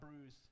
bruise